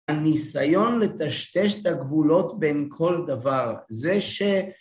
הניסיון לטשטש את הגבולות בין כל דבר זה ש...